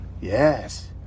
Yes